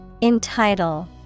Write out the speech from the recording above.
Entitle